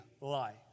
life